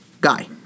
guy